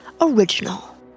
ORIGINAL